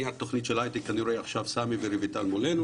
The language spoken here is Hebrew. התוכנית של ההייטק אני רואה שסאמי ורביטל מולנו